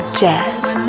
jazz